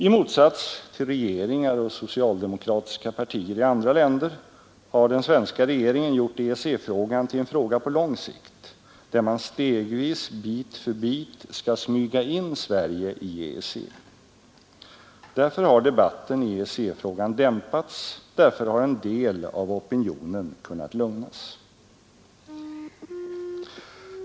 I motsats till regeringar och socialdemokratiska partier i andra länder har den svenska regeringen gjort EEC-frågan till en fråga på lång sikt, där man stegvis bit dämpats, därför har en del av opinionen kunnat lugnas.